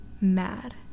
mad